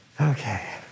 Okay